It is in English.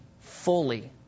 fully